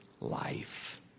Life